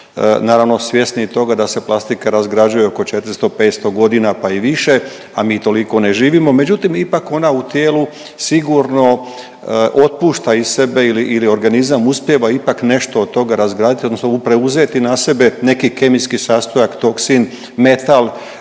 Naravno svjesni toga da se plastika razgrađuje oko 400, 500 godina pa i više, a mi toliko ne živimo, međutim ona u tijelu sigurno otpušta iz sebe ili organizam uspijeva ipak nešto od toga razradit odnosno preuzeti na sebe neki kemijski sastojak toksin, metal.